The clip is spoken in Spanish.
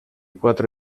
cuatro